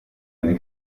eine